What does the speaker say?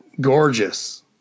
gorgeous